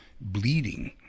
bleeding